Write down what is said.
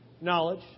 knowledge